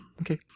Okay